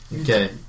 Okay